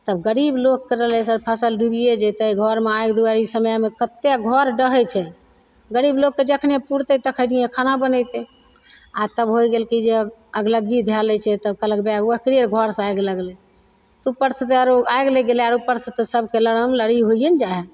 तब गरीब लोकके फसल डूबिये जेतय घरमे आगि दुवारि ई समयमे कते घर डहय छै गरीब लोगके जखने पुरतय तखिनये खाना बनेतय आओर तब होइ गेल कि जे अगलग्गी धए लै छै तऽ कहलक ओकरे घरसँ आगि लगलय उपरसँ तऽ आरो आगि लागि गेलय आर उपरसँ तऽ सबके लड़म लड़ी होइये ने जाइ हइ